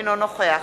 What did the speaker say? אינו נוכח